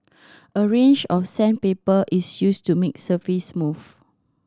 a range of sandpaper is used to make the surface smooth